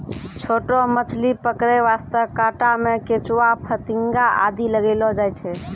छोटो मछली पकड़ै वास्तॅ कांटा मॅ केंचुआ, फतिंगा आदि लगैलो जाय छै